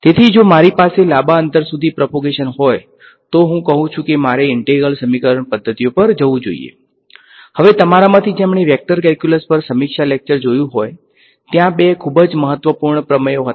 તેથી જો મારી પાસે લાંબા અંતર સુધી પ્રપોગેશન ઈંટ્રેગ્રલ છે